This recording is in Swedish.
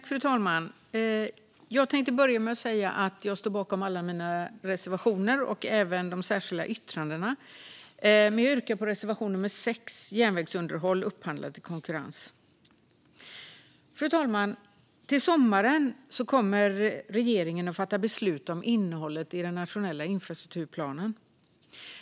Fru talman! Jag står bakom alla mina reservationer och även de särskilda yttrandena men yrkar bifall till reservation 6, Järnvägsunderhåll upphandlat i konkurrens. Fru talman! Till sommaren kommer regeringen att fatta beslut om innehållet i den nationella infrastrukturplanen.